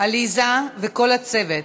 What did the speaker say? עליזה וכל הצוות.